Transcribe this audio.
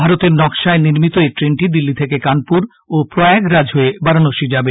ভারতের নক্সায় নির্মিত এই ট্রেনটি দিল্লি থেকে কানপুর ও প্রয়াগরাজ হয়ে বারাণসী যাবে